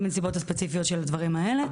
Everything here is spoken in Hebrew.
מהסיבות הספציפיות של הדברים האלה,